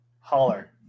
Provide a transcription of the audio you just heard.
holler